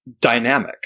dynamic